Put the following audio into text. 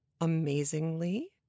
amazingly